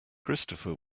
christopher